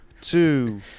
two